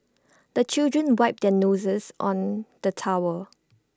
the children wipe their noses on the towel